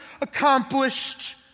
accomplished